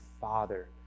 father